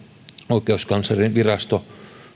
oikeuskanslerinvirasto